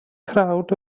crowd